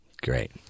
Great